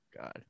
god